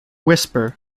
whisper